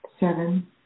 Seven